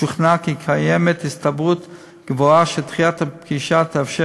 שוכנע כי קיימת הסתברות גבוהה שדחיית הפגישה תאפשר